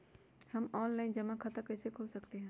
हम ऑनलाइन जमा खाता कईसे खोल सकली ह?